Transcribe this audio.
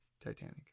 Titanic